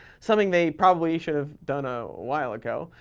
something they probably should have done a while ago.